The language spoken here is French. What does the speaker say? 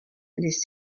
les